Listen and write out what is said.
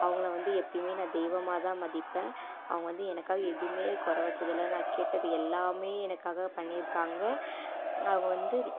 அவங்கள வந்து எப்போயுமே நான் தெய்வமாக தான் மதிப்பேன் அவங்க வந்து எனக்காக எதுவுமே குற வச்சது இல்லை நான் கேட்டது எல்லாமே எனக்காக பண்ணியிருக்காங்க அவங்க வந்து